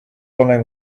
running